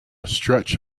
stretch